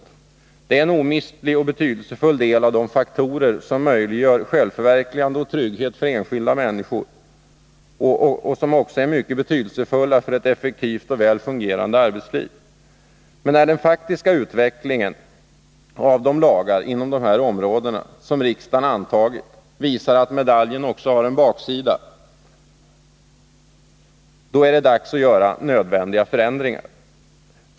Detta är en omistlig och betydelsefull del av de faktorer som möjliggör självförverkligande och trygghet för den enskilde individen och som också är mycket betydelsefulla för ett effektivt och väl fungerande arbetsliv. Men när den faktiska tillämpningen av de lagar inom dessa områden som riksdagen antagit visar att medaljen också har en baksida, då är det dags att göra nödvändiga förändringar.